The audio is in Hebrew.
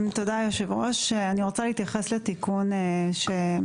תודה היושב ראש אני רוצה להתייחס לתיקון שעולה.